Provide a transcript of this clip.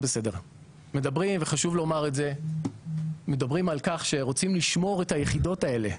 מדברים על כך שרוצים לשמור את היחידות האלה.